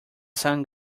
sun